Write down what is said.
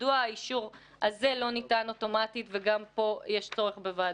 מדוע האישור הזה לא ניתן אוטומטית וגם פה יש צורך בוועדה?